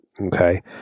okay